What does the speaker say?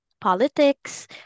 politics